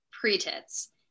pre-tits